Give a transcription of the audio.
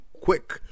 quick